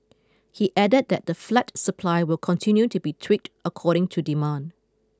he added that the flat supply will continue to be tweaked according to demand